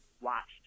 watched